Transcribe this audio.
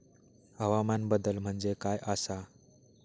हवामान बदल म्हणजे काय आसा?